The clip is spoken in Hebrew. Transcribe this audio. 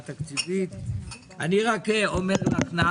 התקציבית (תיקון מס' 23). אני רק אומר לכן,